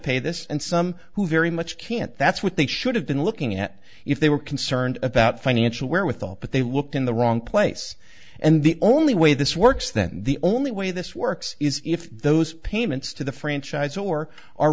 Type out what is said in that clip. pay this and some who very much can't that's what they should have been looking at if they were concerned about financial wherewithal but they looked in the wrong place and the only way this works that the only way this works is if those payments to the franchise or